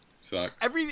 Sucks